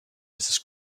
mrs